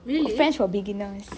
french for beginners